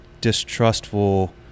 distrustful